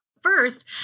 first